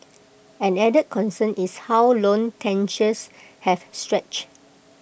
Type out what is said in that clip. an added concern is how loan tenures have stretched